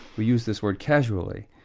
we use this word casually,